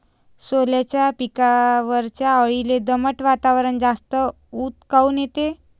सोल्याच्या पिकावरच्या अळीले दमट वातावरनात जास्त ऊत काऊन येते?